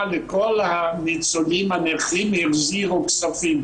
נקבע להם אחוזי נכות כדי שמול הרשויות פה יהיה להם את האחוזים שלנו.